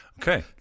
Okay